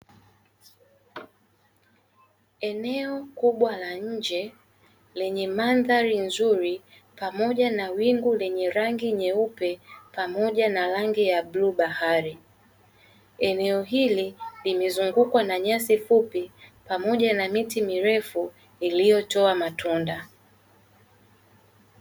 Eneo kubwa la nje lenye mandhari nzuri pamoja na wingu lenye rangi nyeupe, pamoja na rangi ya bluu bahari. Eneo hili limezungukwa na nyasi fupi pamoja na miti mirefu iliyotoa matunda.